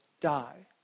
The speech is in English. die